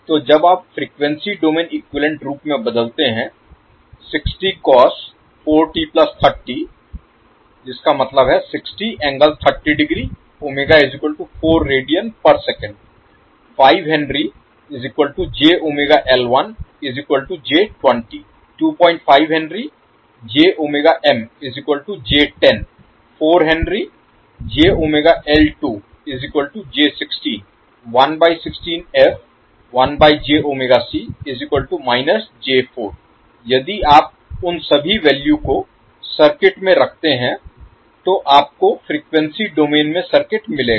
तो जब आप फ्रीक्वेंसी डोमेन इक्विवैलेन्ट रूप में बदलते हैं यदि आप उन सभी वैल्यू को सर्किट में रखते हैं तो आपको फ्रीक्वेंसी डोमेन में सर्किट मिलेगा